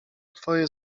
twoje